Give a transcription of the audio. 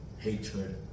hatred